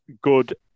good